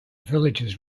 villagers